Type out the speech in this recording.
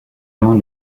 vin